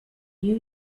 new